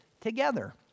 together